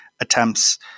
attempts